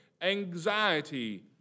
anxiety